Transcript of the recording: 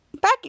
back